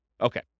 Okay